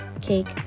Cake